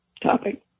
topic